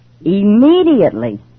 immediately